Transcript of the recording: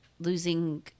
losing